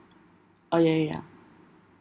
oh ya ya ya